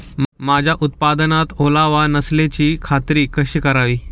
माझ्या उत्पादनात ओलावा नसल्याची खात्री कशी करावी?